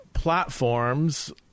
Platforms